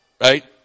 Right